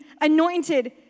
anointed